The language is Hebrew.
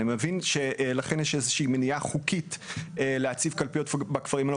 אני מבין שלכן יש איזושהי מניעה חוקית להציב קלפיות בכפרים הלא